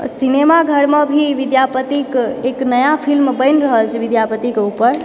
सिनेमाघरमे भी विद्यापतिक एक नया फिल्म बनि रहल छै विद्यापतिकेँ ऊपर